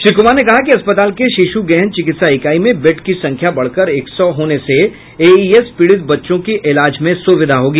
श्री कुमार ने कहा कि अस्पताल के शिशु गहन चिकित्सा इकाई में बेड की संख्या बढ़कर एक सौ होने से एईएस पीड़ित बच्चों के इलाज में सुविधा होगी